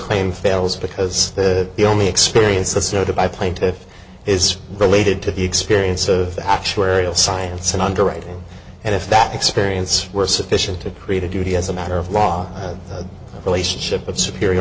claim fails because the the only experience asserted by plaintiff is related to the experience of actuarial science and underwriting and if that experience were sufficient to create a duty as a matter of law relationship of superior